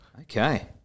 Okay